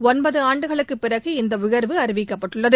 ஒன்பது ஆண்டுகளுக்கு பிறகு இந்த உயர்வு அறிவிக்கப்பட்டுள்ளது